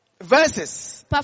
verses